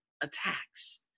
attacks